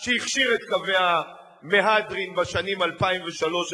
שהכשיר את קווי המהדרין בשנים 2003 2006,